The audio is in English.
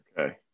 Okay